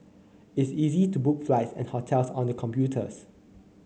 it's easy to book flights and hotels on the computers